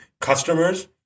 customers